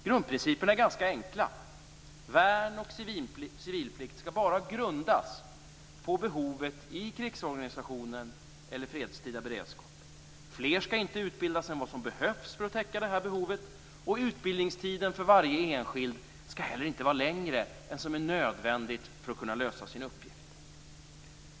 Grundprinciperna är ganska enkla: Värn och civilplikt skall bara grundas på behovet i krigsorganisationen eller fredstida beredskap. Fler skall inte utbildas än vad som behövs för att täcka detta behov, och utbildningstiden för varje enskild skall heller inte vara längre än vad som är nödvändigt för att denna skall kunna lösa sin uppgift.